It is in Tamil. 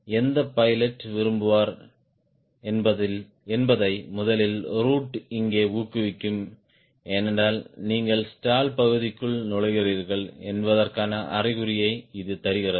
எந்த பைலட் விரும்புவார் என்பதை முதலில் ரூட் இங்கே ஊக்குவிக்கும் ஏனென்றால் நீங்கள் ஸ்டால் பகுதிக்குள் நுழைகிறீர்கள் என்பதற்கான அறிகுறியை இது தருகிறது